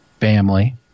family